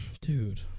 dude